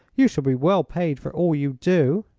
you shall be well paid for all you do.